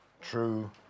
true